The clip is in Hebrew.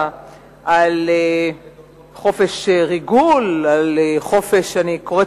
על חופש ריגול אני פשוט קוראת